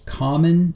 common